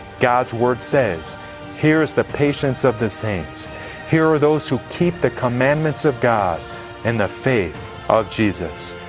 god's word says here is the patience of the saints here are those who keep the commandments of god and the faith of jesus.